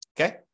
Okay